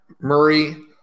Murray